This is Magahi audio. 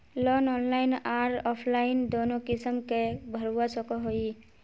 लोन ऑनलाइन आर ऑफलाइन दोनों किसम के भरवा सकोहो ही?